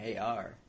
AR